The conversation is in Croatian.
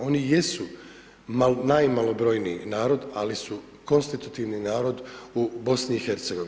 Oni jesu najmalobrojniji narod, ali su konstitutivni narod u BIH.